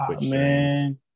man